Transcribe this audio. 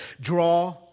Draw